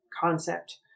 concept